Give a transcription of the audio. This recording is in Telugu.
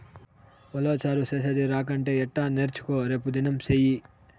ఉలవచారు చేసేది రాకంటే ఎట్టా నేర్చుకో రేపుదినం సెయ్యి